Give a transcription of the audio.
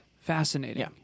Fascinating